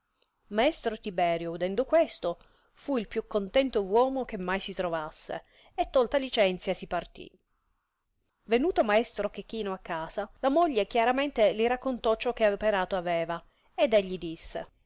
maestro tiberio udendo questo fu il più contento uomo che mai si trovasse e tolta licenzia si parti venuto maestro chechino a casa la moglie chiaramente li raccontò ciò che operato aveva ed egli disse